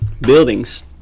buildings